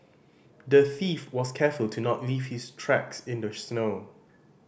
the thief was careful to not leave his tracks in the snow